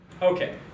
Okay